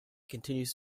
continues